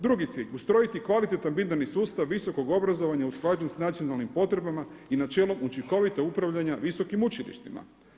Drugi cilj je ustrojiti kvalitetan binarni sustav visokog obrazovanja usklađen s nacionalnim potrebama i načelom učinkovitog upravljanja visokim učilištima.